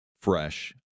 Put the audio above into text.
fresh